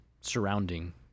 surrounding